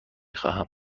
خواهم